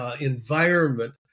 environment